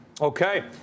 Okay